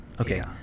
Okay